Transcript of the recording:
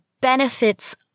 benefits